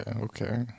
okay